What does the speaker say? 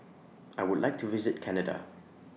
I Would like to visit Canada